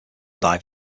diving